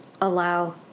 allow